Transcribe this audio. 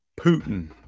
Putin